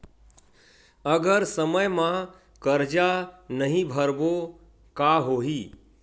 अगर समय मा कर्जा नहीं भरबों का होई?